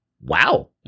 Wow